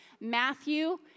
Matthew